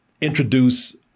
introduce